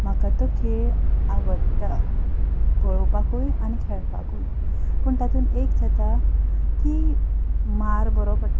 म्हाका तो खेळ आवडटा पळोवपाकूय आनी खेळपाकूय पूण तातून एक जाता की मार बरो पडटा